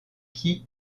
qui